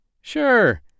Sure